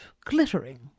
glittering